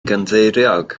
gynddeiriog